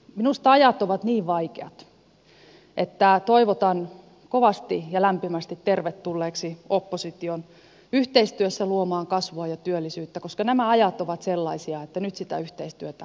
minusta ajat ovat niin vaikeat että toivotan kovasti ja lämpimästi tervetulleeksi opposition yhteistyössä luomaan kasvua ja työllisyyttä koska nämä ajat ovat sellaisia että nyt sitä yhteistyötä todella tarvitaan